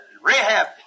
Rehab